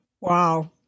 Wow